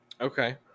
Okay